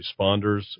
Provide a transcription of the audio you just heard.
responders